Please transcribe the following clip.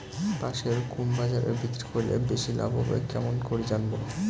পাশের কুন বাজারে বিক্রি করিলে বেশি লাভ হবে কেমন করি জানবো?